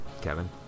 Kevin